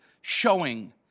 showing